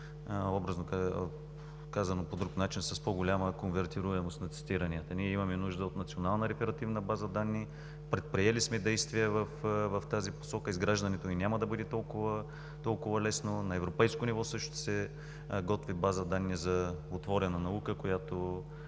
образно казано по друг начин, са с по-голяма конвертируемост на цитиранията. Ние имаме нужда от национална реферативна база данни. Предприели сме действия в тази посока. Изграждането ѝ няма да бъде толкова лесно. На европейско ниво също се готви база данни за отворена наука.